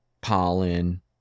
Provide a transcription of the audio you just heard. pollen